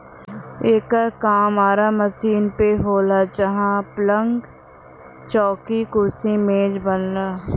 एकर काम आरा मशीन पे होला जहां पलंग, चौकी, कुर्सी मेज बनला